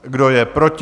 Kdo je proti?